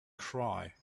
cry